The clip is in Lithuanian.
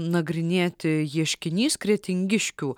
nagrinėti ieškinys kretingiškių